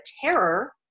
terror